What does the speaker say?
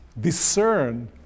discern